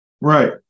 Right